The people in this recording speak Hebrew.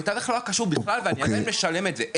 המתווך לא היה קשור בכלל ואני עדיין צריך לשלם את זה,